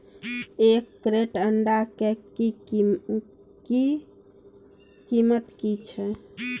एक क्रेट अंडा के कीमत की छै?